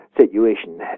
situation